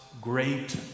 great